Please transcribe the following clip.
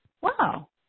wow